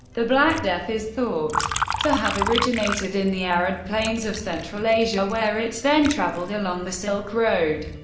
the black death is thought to have originated in the arid plains of central asia, where it then travelled along the silk road,